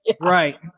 right